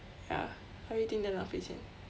ya I really think damn 浪费钱